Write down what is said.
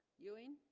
ewing